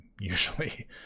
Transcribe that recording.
usually